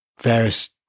various